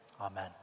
Amen